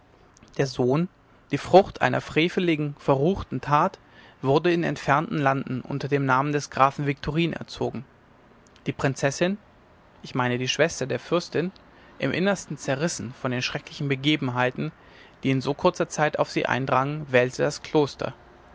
der sohn die frucht einer freveligen verruchten tat wurde in entfernten landen unter dem namen des grafen viktorin erzogen die prinzessin ich meine die schwester der fürstin im innersten zerrissen von den schrecklichen begebenheiten die in so kurzer zeit auf sie eindrangen wählte das kloster